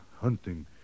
hunting